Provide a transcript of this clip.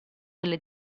delle